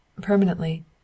permanently